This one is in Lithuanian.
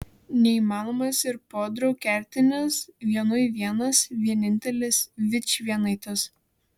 neįmanomas ir podraug kertinis vienui vienas vienintelis vičvienaitis